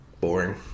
boring